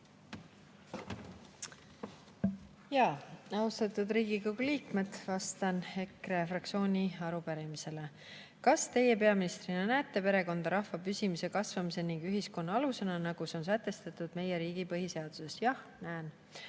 Austatud Riigikogu liikmed! Vastan EKRE fraktsiooni arupärimisele. "Kas Teie peaministrina näete perekonda rahva püsimise ja kasvamise ning ühiskonna alusena, nagu see on sätestatud meie riigi põhiseaduses?" Jah, näen.